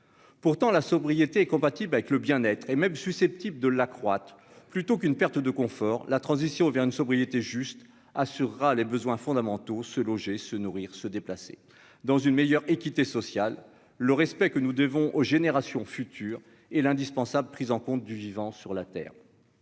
pourtant la sobriété est compatible avec le bien-être et même susceptible de la croate, plutôt qu'une perte de confort, la transition vers une sobriété juste assurera les besoins fondamentaux se loger, se nourrir, se déplacer dans une meilleure équité sociale, le respect que nous devons aux générations futures et l'indispensable prise en compte du vivant sur la Terre.